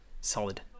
solid